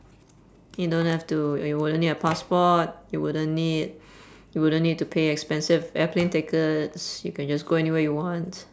you don't have to you wouldn't need a passport you wouldn't need you wouldn't need to pay expensive airplane tickets you can just go anywhere you want